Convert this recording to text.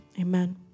Amen